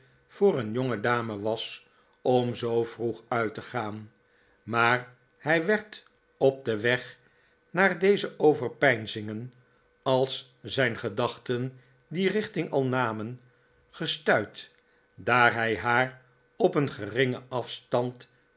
voor een jongedame was om zoo vroeg uit te gaan maar hij werd marie op den weg naar deze overpeinzingen als zijn gedachten die richting al namen gestuit daar hij haar op een geringen afstand